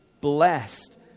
blessed